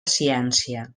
ciència